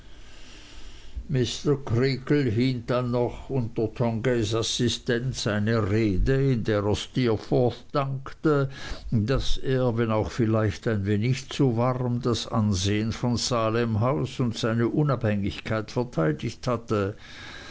hielt dann noch unter tongays assistenz eine rede in der er steerforth dankte daß er wenn auch vielleicht ein wenig zu warm das ansehen von salemhaus und seine unabhängigkeit verteidigt hatte